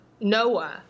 Noah